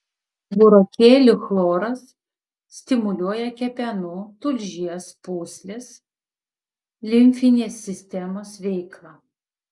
burokėlių chloras stimuliuoja kepenų tulžies pūslės limfinės sistemos veiklą